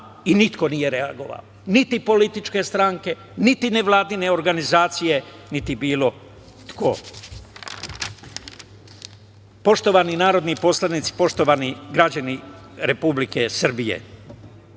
i niko nije reagovao, niti političke stranke, niti nevladine organizacije, niti bilo ko. Poštovani narodni poslanici, poštovani građani Republike Srbije,